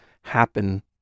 happen